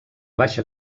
baixa